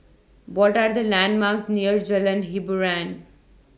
What Are The landmarks near Jalan Hiboran